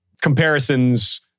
comparisons